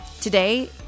Today